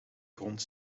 grond